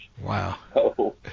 Wow